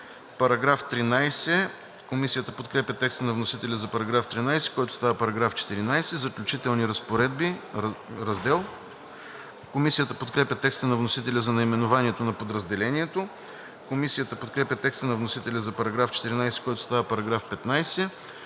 собственост.“ Комисията подкрепя текста на вносителя за § 13, който става § 14. „Заключителни разпоредби“. Комисията подкрепя текста на вносителя за наименованието на подразделението. Комисията подкрепя текста на вносителя за § 14, който става § 15.